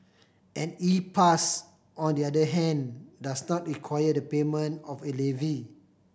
an E Pass on the other hand does not require the payment of a levy